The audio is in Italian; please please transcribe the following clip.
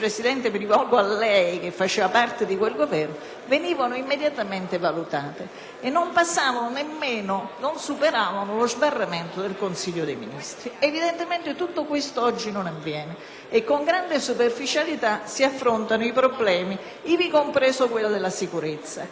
e non superavano nemmeno lo sbarramento del Consiglio dei ministri. Evidentemente tutto questo oggi non avviene e con grande superficialità si affrontano i problemi, ivi compreso quello della sicurezza. Sicché, nel momento in cui una norma assume la caratteristica di norma manifesto,